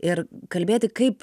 ir kalbėti kaip